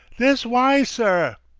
this wye, sir.